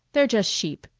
they're just sheep.